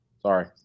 Sorry